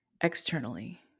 externally